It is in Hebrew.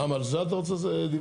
גם על זה אתה רוצה דיווח?